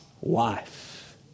wife